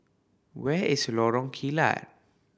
where is Lorong Kilat